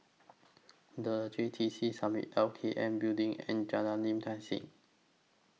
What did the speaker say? The J T C Summit L K N Building and Jalan Lim Tai See